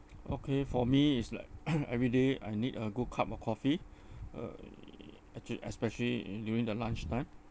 okay for me is like every day I need a good cup of coffee uh actually especially during the lunchtime